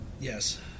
Yes